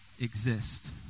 exist